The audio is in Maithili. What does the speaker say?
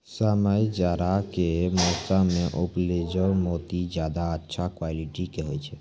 समय जाड़ा के मौसम मॅ उपजैलो मोती ज्यादा अच्छा क्वालिटी के होय छै